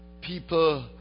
people